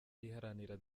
iharanira